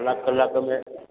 कलाकु कलाक में